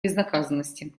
безнаказанности